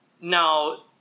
Now